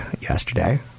yesterday